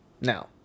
Now